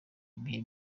ibihe